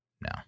No